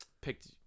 picked